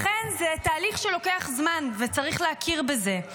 לכן זה תהליך שלוקח זמן, וצריך להכיר בזה.